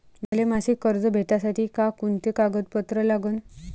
मले मासिक कर्ज भेटासाठी का कुंते कागदपत्र लागन?